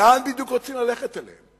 לאן בדיוק רוצים ללכת אתם?